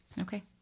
Okay